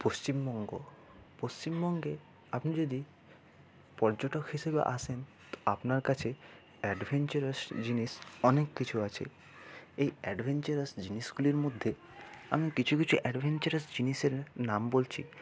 পশ্চিমবঙ্গ পশ্চিমবঙ্গে আপনি যদি পর্যটক হিসেবে আসেন আপনার কাছে অ্যাডভেঞ্চারাস জিনিস অনেক কিছু আছে এই অ্যাডভেঞ্চারাস জিনিসগুলির মধ্যে আমি কিছু কিছু অ্যাডভেঞ্চারাস জিনিসের নাম বলছি